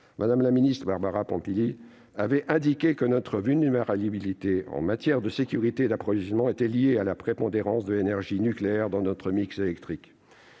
Mme la ministre Barbara Pompili avait indiqué que notre vulnérabilité en matière de sécurité d'approvisionnement était liée à la prépondérance de l'énergie nucléaire dans notre mix électrique.